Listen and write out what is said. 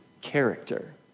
character